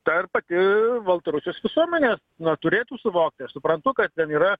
tą ir pati baltarusius visuomenė na turėtų suvokti aš suprantu kad ten yra